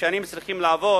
צריכות לעבור